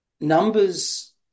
numbers